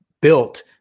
built